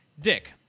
Dick